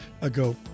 ago